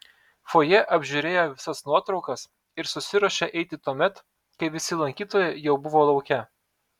fojė apžiūrėjo visas nuotraukas ir susiruošė eiti tuomet kai visi lankytojai jau buvo lauke